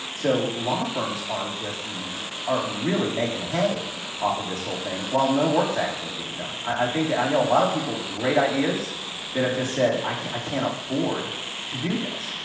so law firms are just are really making hay off of this whole thing while no work's actually being done. i think that i know a lot of people with great ideas that have just said, i can't, i can't afford to do this.